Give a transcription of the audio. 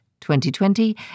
2020